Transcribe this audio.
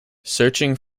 searching